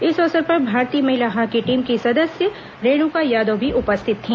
इस अवसर पर भारतीय महिला हॉकी टीम की सदस्य रेणुका यादव भी उपस्थित थी